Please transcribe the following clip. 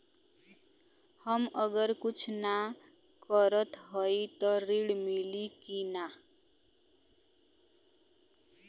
हम अगर कुछ न करत हई त ऋण मिली कि ना?